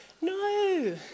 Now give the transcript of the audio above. No